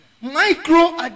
Micro